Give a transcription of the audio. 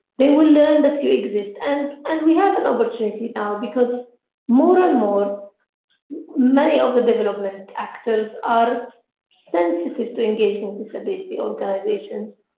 they will learn that you exist. and and we have an opportunity now because more and more many of the development actors are sensitive to engaging with disability organisations.